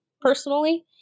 personally